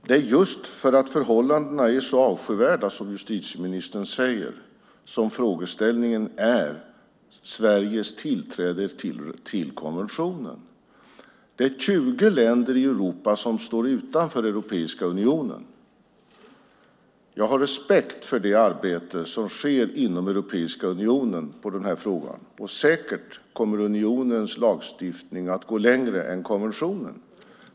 Herr talman! Det är just för att förhållandena är så avskyvärda som justitieministern säger som frågeställningen är Sveriges tillträde till konventionen. Det är 20 länder i Europa som står utanför Europeiska unionen. Jag har respekt för det arbete som sker inom Europeiska unionen i denna fråga, och säkert kommer unionens lagstiftning att gå längre än konventionen.